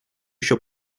ещё